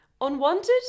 Unwanted